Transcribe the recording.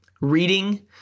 reading